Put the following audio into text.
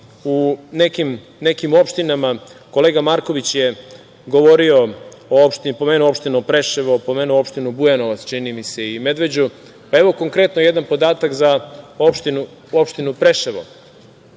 u nekim opštinama, kolega Marković je govorio, pomenuo opštinu Preševo, pomenuo opštinu Bujanovac, čini mi se i Medveđu. Evo, konkretno jedan podatak za opštinu Preševo.